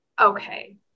okay